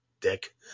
dick